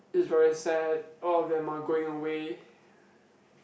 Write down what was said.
it's very sad all of them are going away